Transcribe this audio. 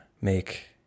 make